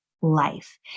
life